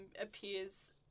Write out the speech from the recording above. appears